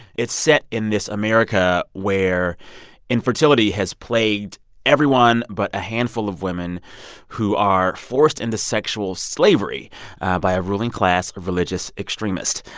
it's set in this america where infertility has plagued everyone but a handful of women who are forced into sexual slavery by a ruling class of religious extremists.